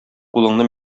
кулыңны